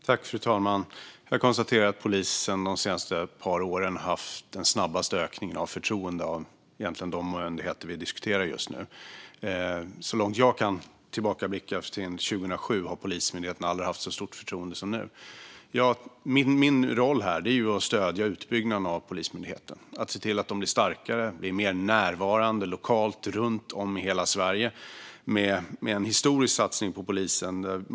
Fru talman! Jag konstaterar att polisen de senaste åren har haft den snabbaste ökningen av förtroendet av de myndigheter som vi diskuterar just nu. Så långt jag kan blicka tillbaka, till 2007, har Polismyndigheten aldrig haft så stort förtroende som nu. Min roll är att stödja utbyggnaden av Polismyndigheten. Det handlar om att se till att de blir starkare och mer lokalt närvarande i hela Sverige med en historisk satsning på polisen.